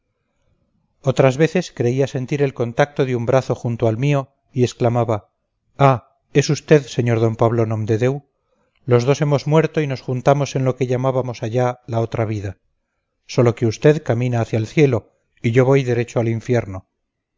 otras veces creía sentir el contacto de un brazo junto al mío y exclamaba ah es usted sr d pablo nomdedeu los dos hemos muerto y nos juntamos en lo que llamábamos allá la otra vida sólo que usted camina hacia el cielo y yo voy derecho al infierno